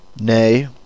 Nay